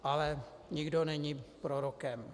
Ale nikdo není prorokem.